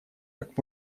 как